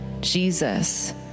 Jesus